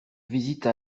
visite